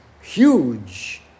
huge